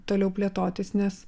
toliau plėtotis nes